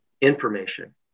information